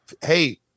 Hey